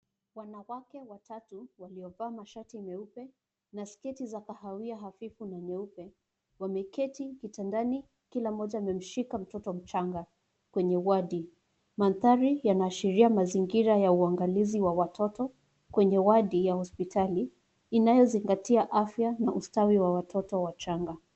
Wanawake watatu waliovaa mashati meupe na sketi za kahawia hafifu na nyeupe wameketi kitandani kila mmoja amemshika mtoto mchanga kwenye wodi. Mandhari yanaashiria mazingira ya uangalizi wa watoto kwenye wodi ya hospitali inayozingatia afya na ustawi wa watoto wachanga.